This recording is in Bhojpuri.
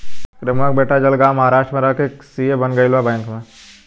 रमुआ के बेटा जलगांव महाराष्ट्र में रह के सी.ए बन गईल बा बैंक में